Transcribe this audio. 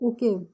Okay